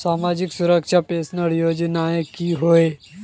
सामाजिक सुरक्षा पेंशन योजनाएँ की होय?